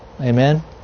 Amen